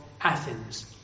Athens